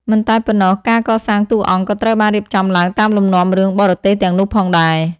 មិនតែប៉ុណ្ណោះ ការកសាងតួអង្គក៏ត្រូវបានរៀបចំឡើងតាមលំនាំរឿងបរទេសទាំងនោះផងដែរ។